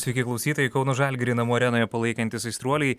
sveiki klausytojai kauno žalgirį namų arenoje palaikantys aistruoliai